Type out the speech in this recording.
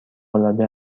العاده